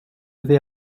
vais